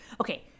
Okay